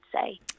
say